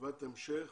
ישיבת המשך